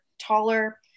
taller